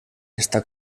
está